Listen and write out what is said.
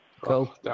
Cool